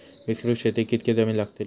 विस्तृत शेतीक कितकी जमीन लागतली?